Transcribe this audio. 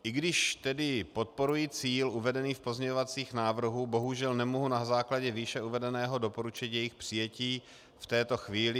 I když tedy podporuji cíl uvedený v pozměňovacích návrzích, bohužel nemohu na základě výše uvedeného doporučit jejich přijetí v této chvíli.